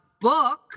book